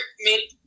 made